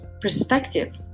perspective